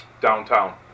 Downtown